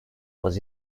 was